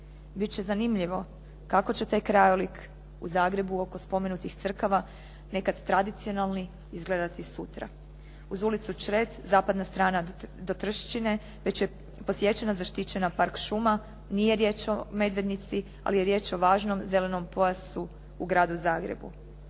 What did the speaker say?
Bit će zanimljivo kako će taj krajolik u Zagrebu, oko spomenutih crkava, nekad tradicionalni, izgledati sutra. Uz ulicu Čret, zapadna strana Dotrščine već je posječena zaštićena park šuma, nije riječ o Medvednici, ali je riječ o važnom zelenom pojasu u gradu Zagrebu.